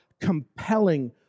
compelling